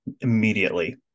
immediately